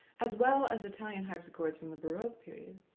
as well as italian harpsichords from the baroque period,